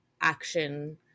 action